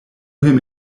him